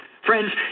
Friends